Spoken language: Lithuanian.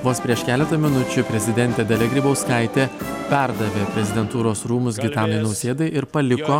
vos prieš keletą minučių prezidentė dalia grybauskaitė perdavė prezidentūros rūmus gitanui nausėdai ir paliko